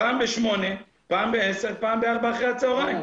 פעם בשמונה, פעם בעשר פעם בארבע אחר הצוהריים.